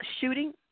shooting